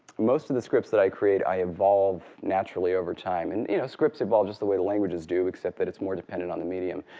most of the scripts that i create i evolved naturally over time, and you know scripts evolve just the way languages do, except that it's more dependent on the medium.